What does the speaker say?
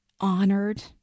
honored